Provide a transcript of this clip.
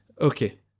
Okay